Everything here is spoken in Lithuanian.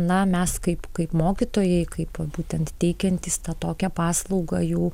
na mes kaip kaip mokytojai kaip būtent teikiantys tą tokią paslaugą jau